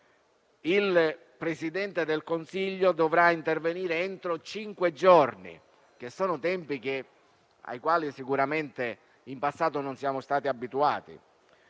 il Presidente del Consiglio dovrà intervenire entro cinque giorni, tempi ai quali sicuramente in passato non siamo stati abituati.